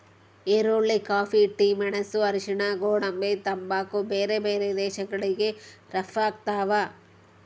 ಈರುಳ್ಳಿ coffee tea ಮೆಣಸು ಅರಿಶಿಣ ಗೋಡಂಬಿ ತಂಬಾಕು ಬೇರೆ ಬೇರೆ ದೇಶಗಳಿಗೆ ರಪ್ತಾಗ್ತಾವ